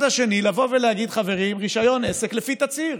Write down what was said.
שני לבוא ולהגיד: חברים, רישיון עסק לפי תצהיר.